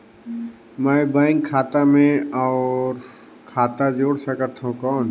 मैं बैंक खाता मे और खाता जोड़ सकथव कौन?